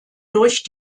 durch